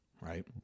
right